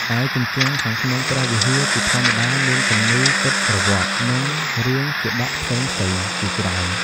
ឯជញ្ជាំងខាងក្នុងព្រះវិហារជាធម្មតាមានគំនូរពុទ្ធប្រវត្តិ និងរឿងជាតកផ្សេងៗជាច្រើន។